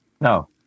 No